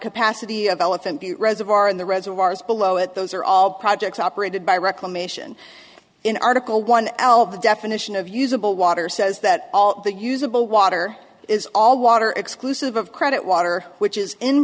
capacity of elephant the reservoir in the as of ours below it those are all projects operated by reclamation in article one l the definition of usable water says that all the usable water is all water exclusive of credit water which is in